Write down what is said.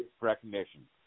recognition